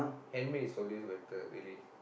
handmade is always better really